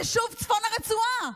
יישוב צפון הרצועה,